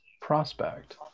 prospect